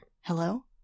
hello